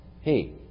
hey